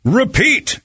repeat